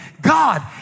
God